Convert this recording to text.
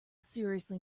seriously